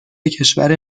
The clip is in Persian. کشور